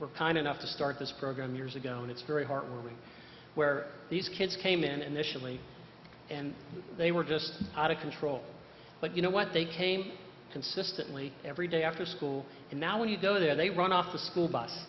were kind enough to start this program years ago and it's very heartwarming where these kids came in and the chablis and they were just out of control but you know what they came consistently every day after school and now when you go there they run off the school bus